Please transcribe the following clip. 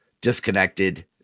disconnected